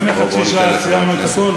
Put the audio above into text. לפני חצי שעה סיימנו את הכול,